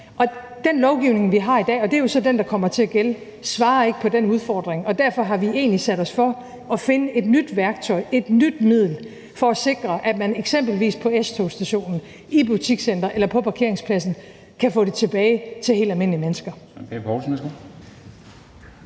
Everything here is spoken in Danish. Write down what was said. Den lovgivning, vi har i dag – og det er jo så den, der kommer til at gælde – svarer ikke på den udfordring, og derfor har vi sat os for at finde et nyt værktøj, et nyt middel, for at sikre, at man eksempelvis på S-togsstationen, i butikscenteret eller på parkeringspladsen kan få trygheden tilbage til helt almindelige mennesker.